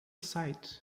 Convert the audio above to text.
site